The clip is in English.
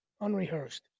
unrehearsed